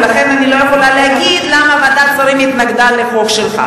ולכן אני לא יכולה להגיד למה ועדת שרים התנגדה לחוק שלך.